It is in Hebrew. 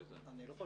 אני אומר